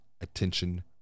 attention